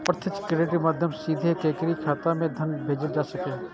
प्रत्यक्ष क्रेडिट के माध्यम सं सीधे केकरो खाता मे धन भेजल जा सकैए